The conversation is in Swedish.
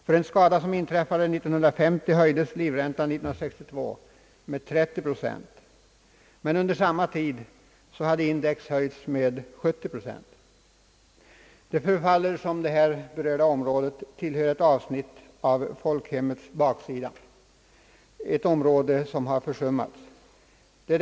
För en skada som inträffat 1950 höjdes livräntan 1962 med 30 procent, men under samma tid hade index gått upp med 70 procent. Det förefaller som om detta område utgör ett avsnitt av folkhemmets baksida som hittills har försummats.